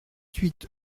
huit